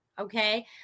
okay